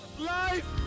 life